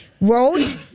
wrote